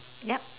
yup